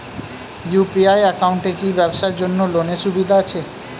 UPI একাউন্টে কি ব্যবসার জন্য লোনের সুবিধা আছে?